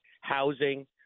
housing